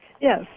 Yes